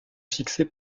fixés